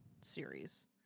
series